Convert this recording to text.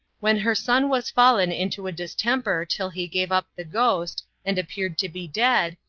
when her son was fallen into a distemper till he gave up the ghost, and appeared to be dead,